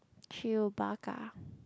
chewbacca